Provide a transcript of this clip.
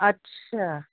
अच्छा